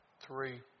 Three